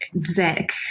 Zach